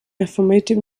affirmative